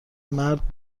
مرد